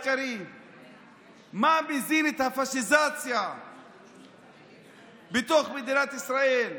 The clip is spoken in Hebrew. מה מזין את הפשיזציה בתוך מדינת ישראל,